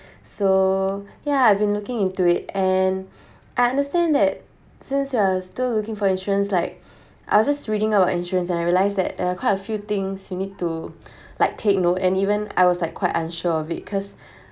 so yeah I have been looking into it and I understand that since you are still looking for insurance like I was just reading out on insurance and I realise that there are quite a few things you need to like take note and even I was like quite unsure of it cause